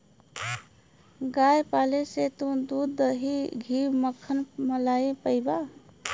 गाय पाले से तू दूध, दही, घी, मक्खन, मलाई पइबा